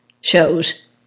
shows